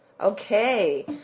Okay